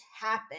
happen